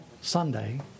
Sunday